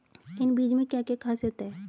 इन बीज में क्या क्या ख़ासियत है?